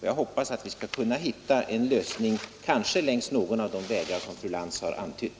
Jag hoppas att vi skall kunna hitta en lösning, kanske längs någon av de vägar som fru Lantz har antytt.